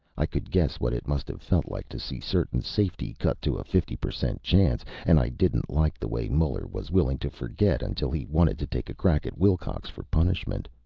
i could guess what it must have felt like to see certain safety cut to a fifty per cent chance, and i didn't like the way muller was willing to forget until he wanted to take a crack at wilcox for punishment.